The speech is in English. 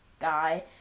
guy